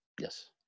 Yes